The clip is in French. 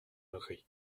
legris